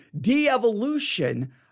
de-evolution